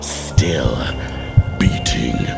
still-beating